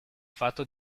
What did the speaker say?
fatto